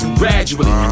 gradually